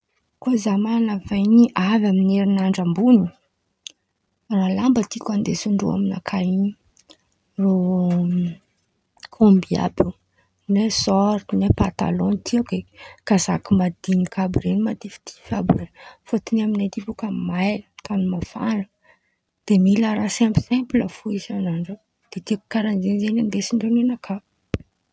Kô zaho man̈ana vahin̈y avy amy herinandra ambon̈y, raha lamba tiako andesindreo aminakà in̈y irô kômby àby io ne sôrty ne patalôn tiako e! Kazaka madin̈iky àby ren̈y matifitify àby io fôtiny amin̈ay bôka may, tan̈y mafan̈a de mila raha simpisimpla fo isan'andra de tiako karàha zen̈y andesindreo ninakà.